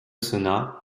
sonna